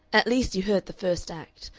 at least, you heard the first act.